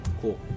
Cool